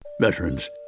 Veterans